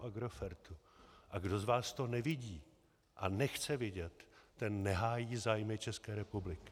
A kdo z vás to nevidí a nechce vidět, ten nehájí zájmy České republiky.